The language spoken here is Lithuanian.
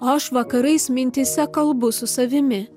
o aš vakarais mintyse kalbu su savimi